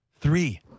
Three